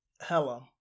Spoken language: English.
Hello